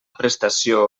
prestació